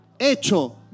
Hecho